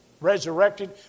resurrected